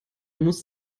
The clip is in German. muss